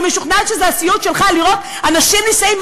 אני משוכנעת שזה הסיוט שלך לראות אנשים נישאים,